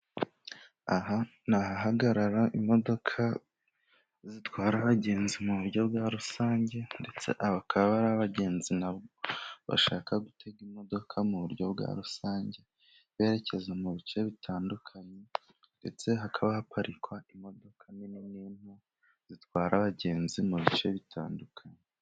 Aha ni ahagarara imodoka zitwara abagenzi mu buryo bwa rusange, ndetse aba akaba ari abagenzi nabo bashaka gutega imodoka mu buryo bwa rusange, berekeza mu bice bitandukanye, ndetse hakaba haparikwa imodoka nini n'into, zitwara abagenzi mu bice bitandukanye.